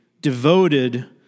devoted